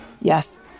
Yes